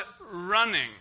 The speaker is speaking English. running